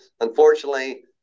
unfortunately